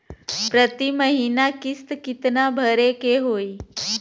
प्रति महीना किस्त कितना भरे के होई?